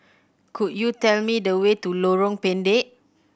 could you tell me the way to Lorong Pendek